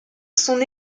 son